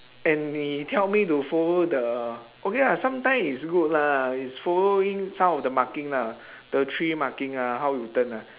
and they tell me to follow the okay ah sometime is good lah is following some of the marking lah the three marking ah how you turn ah